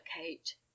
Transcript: kate